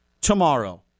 tomorrow